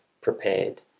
prepared